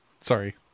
Sorry